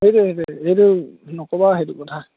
সেইটোৱে সেইটোৱে সেইটো নক'বা আৰু সেইটো কথা